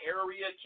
area